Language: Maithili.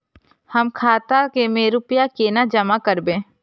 हम खाता में रूपया केना जमा करबे?